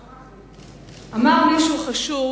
אמר מישהו חשוב,